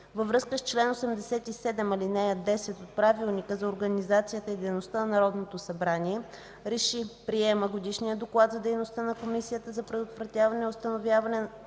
във връзка с чл. 87, ал. 10 от Правилника за организацията и дейността на Народното събрание РЕШИ: Приема Годишния доклад за дейността на Комисията за предотвратяване и установяване на